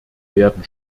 werden